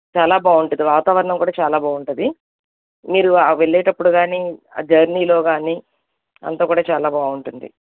చాలా బావుంటుంది వాతావరణం గూడా చాలా బావుంటది మీరు ఆ వెళ్ళేటప్పుడు గానీ ఆ జర్నీలో గానీ అంతా కూడా చాలా బావుంటుంది